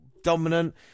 Dominant